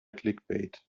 clickbait